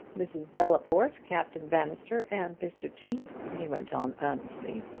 mrs. delaporte, captain bannister, and mr. cheape, he went on earnestly,